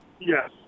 Yes